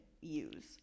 use